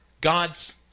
God's